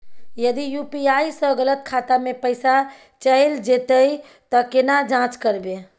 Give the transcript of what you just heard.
यदि यु.पी.आई स गलत खाता मे पैसा चैल जेतै त केना जाँच करबे?